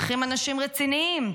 צריכים אנשים רציניים.